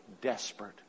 desperate